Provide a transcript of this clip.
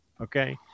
okay